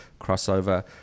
crossover